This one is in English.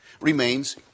remains